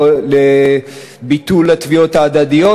לביטול התביעות ההדדיות,